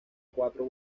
cuatro